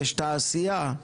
יש תעשייה,